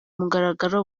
mugaragaro